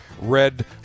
red